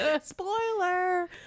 Spoiler